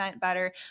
better